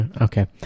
Okay